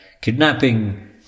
kidnapping